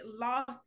lost